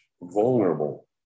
vulnerable